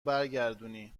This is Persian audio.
برگردونی